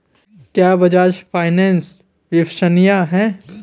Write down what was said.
क्या बजाज फाइनेंस विश्वसनीय है?